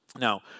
now